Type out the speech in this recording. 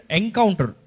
encounter